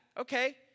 Okay